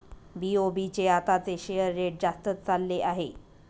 BOB चे आताचे share rate जास्तच चालले आहे